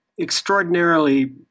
extraordinarily